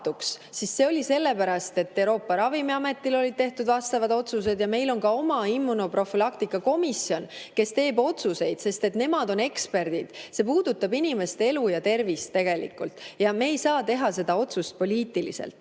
siis see oli sellepärast, et Euroopa Ravimiamet oli teinud vastavad otsused, ja meil on ka oma immunoprofülaktika komisjon, kes teeb otsuseid, sest nemad on eksperdid. See puudutab inimeste elu ja tervist. Ja me ei saa seda otsust teha poliitiliselt.